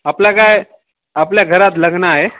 आपला काय आपल्या घरात लग्न आहे